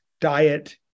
diet